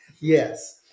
yes